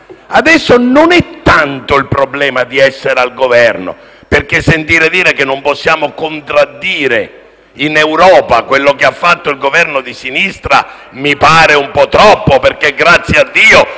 adesso non è tanto di essere al Governo, perché sentir dire che non possiamo contraddire in Europa quello che ha fatto il Governo di sinistra mi pare un po' troppo, anche perché - grazie a Dio